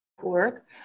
work